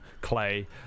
clay